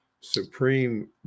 supreme